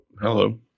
hello